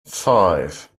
five